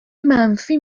منفی